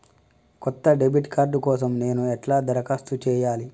కొత్త debit card కోసం నేను ఎట్లా దరఖాస్తు చేయాలి?